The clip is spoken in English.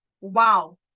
Wow